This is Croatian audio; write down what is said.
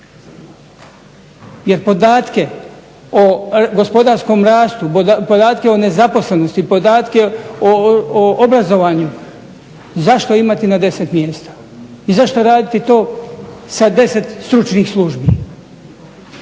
Jer podatke o gospodarskom rastu, podatke o nezaposlenosti, podatke o obrazovanju, zašto imati na deset mjesta i zašto raditi to sa deset stručnih službi.